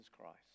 Christ